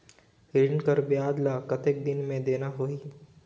ऋण कर ब्याज ला कतेक दिन मे देना होही?